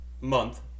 month